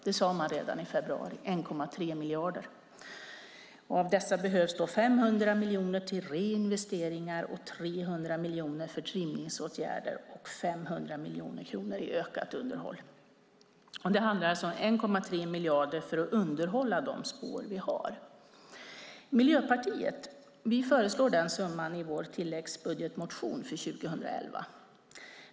Det sade man redan i februari. Av dessa behövs 500 miljoner till reinvesteringar, 300 miljoner till trimningsåtgärder och 500 miljoner till ökat underhåll. Det handlar alltså om 1,3 miljarder för att underhålla de spår vi har. Miljöpartiet föreslår den summan i vår tilläggsbudgetmotion för 2011.